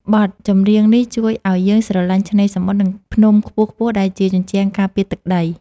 បទចម្រៀងនេះជួយឱ្យយើងស្រឡាញ់ឆ្នេរសមុទ្រ និងភ្នំខ្ពស់ៗដែលជាជញ្ជាំងការពារទឹកដី។